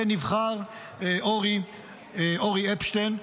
ונבחר אורי אפשטיין,